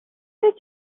did